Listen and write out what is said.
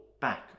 back